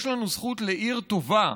יש לנו זכות לעיר טובה,